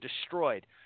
destroyed